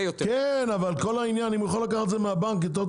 אבל אם הוא יכול לקחת את זה מהבנק בתנאים